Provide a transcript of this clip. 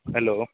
hello